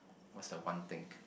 what's the one thing